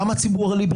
גם הציבור הליברלי,